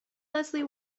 leslie